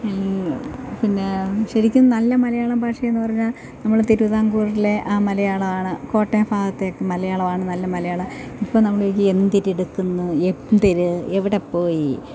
പിന്നേ ശരിക്കും നല്ല മലയാളം ഭാഷയെന്ന് പറഞ്ഞാല് നമ്മള് തിരുവിതാംകൂറിലെ ആ മലയാളമാണ് കോട്ടയം ഭാഗത്തെ മലയാളമാണ് നല്ല മലയാളം ഇപ്പോള് നമ്മള് ചോയിക്കും എന്തെരെട്ക്ക്ന്ന് എന്തര് എവട പോയി